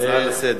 הצעה לסדר.